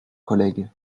collègue